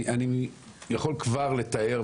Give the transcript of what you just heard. אני יכול כבר לתאר,